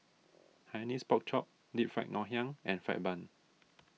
Hainanese Pork Chop Deep Fried Ngoh Hiang and Fried Bun